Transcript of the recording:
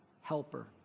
helper